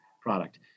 product